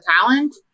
talent